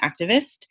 activist